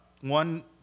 One